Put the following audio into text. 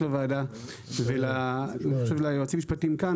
הוועדה ואני חושב ליועצים המשפטיים כאן,